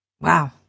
Wow